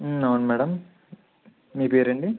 అవును మేడం మీ పేరు అండి